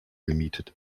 gemietet